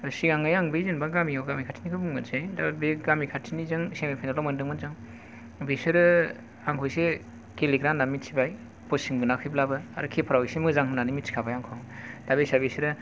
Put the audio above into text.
सिगाङै आं बै जेनेबा गामियाव गामि खाथिनिखौ बुंग्रोनोसै बे गामि खाथिनिजों सेमि फाइनेल आव मोनदोंमोन जों बिसोरो आंखौ एसे गेलेग्रा होननानै मिथिबाय कसिं मोनाखैब्लाबो आरो किपार आव एसे मोजां होननानै मिथिखाबाय आंखौ दा बे हिसाबै बिसोरो